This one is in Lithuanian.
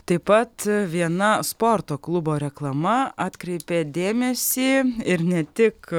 taip pat viena sporto klubo reklama atkreipė dėmesį ir ne tik